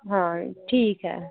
हाँ ठीक है